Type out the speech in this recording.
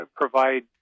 provide